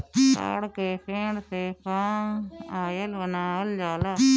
ताड़ के पेड़ से पाम आयल बनावल जाला